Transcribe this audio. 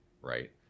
right